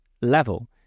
level